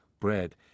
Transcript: bread